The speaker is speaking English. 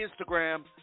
Instagram